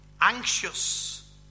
anxious